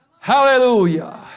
Hallelujah